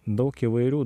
daug įvairių